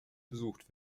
besucht